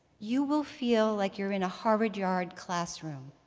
you will feel like you're in a harvard yard classroom.